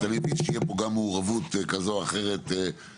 זאת אומרת אני מבין שיהיה פה גם מעורבות כזו או אחרת בין-לאומית,